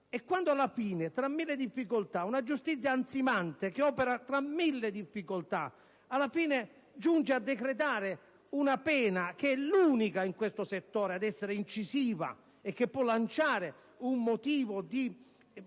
Quando alla fine, tra mille difficoltà, una giustizia ansimante, che opera tra mille difficoltà, giunge a decretare una pena che è l'unica in questo settore ad essere incisiva e che può lanciare un segnale di